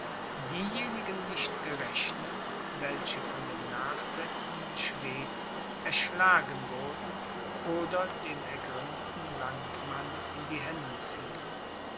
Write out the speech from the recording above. diejenigen nicht gerechnet welche von den nachsetzenden schweden erschlagen wurden oder dem ergrimmten landmann in die hände fielen